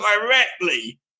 directly